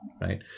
right